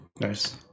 nice